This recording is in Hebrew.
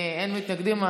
אין מתנגדים.